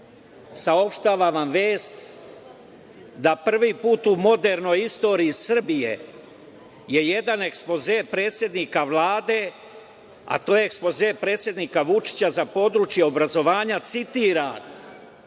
saopštavam vam vest da prvi put u modernoj istoriji Srbije je jedan ekspoze predsednika Vlade, a to je ekspoze predsednika Vučića za područje obrazovanja, citira